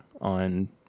on